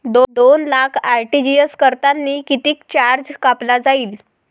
दोन लाख आर.टी.जी.एस करतांनी कितीक चार्ज कापला जाईन?